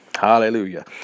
hallelujah